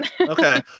Okay